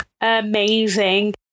amazing